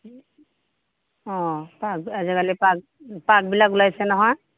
অ আজিকালি পাত পাতবিলাক ওলাইছে নহয়